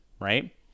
right